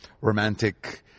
romantic